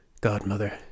Godmother